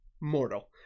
mortal